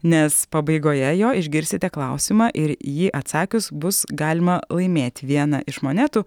nes pabaigoje jo išgirsite klausimą ir jį atsakius bus galima laimėti vieną iš monetų